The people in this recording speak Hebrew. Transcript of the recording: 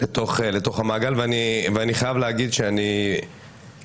לתוך המעגל ואני חייב להגיד שאני הייתי